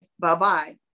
Bye-bye